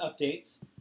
updates